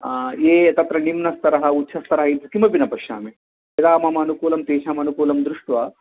ये तत्र निम्नस्तरः उच्चस्तरः इति किमपि न पश्यामि यदा मम अनुकूलं तषामनुकूलं दृष्ट्वा